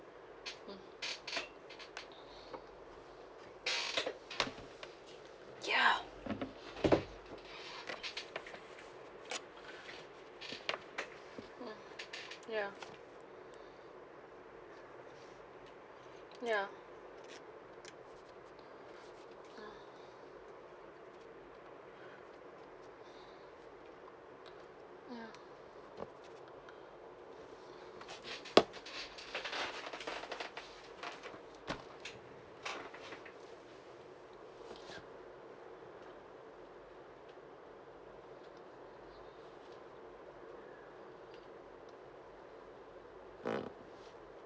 mm ya ya ya ya